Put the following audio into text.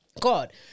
god